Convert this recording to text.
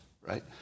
right